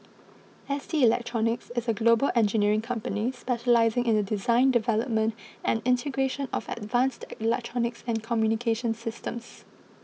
S T Electronics is a global engineering company specialising in the design development and integration of advanced electronics and communications systems